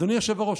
אדוני היושב-ראש,